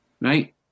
Right